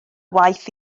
waith